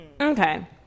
okay